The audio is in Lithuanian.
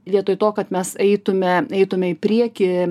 vietoj to kad mes eitume eitume į priekį